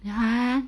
ya